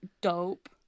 Dope